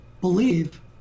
believe